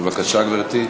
בבקשה, גברתי.